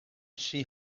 she